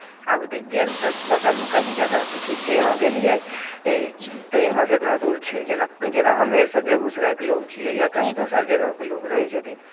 आब द् गेल तऽ बगलमे कहीँ जगह ठीक छै हँ गेलियै तऽ इहाँसँ एतना दूर छै जेना जेना हमे आर सभ बेगूसरायके लोक छियै या कहीँ दोसर जगहके लोक रहै छथिन